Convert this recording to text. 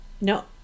No